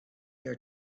your